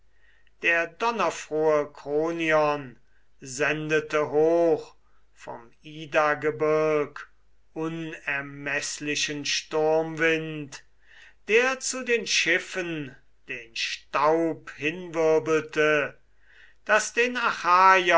der donnerfrohe kronion sendete hoch vom idagebirg unermeßlichen sturmwind der zu den schiffen den staub hinwirbelte daß den achaiern